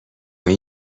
این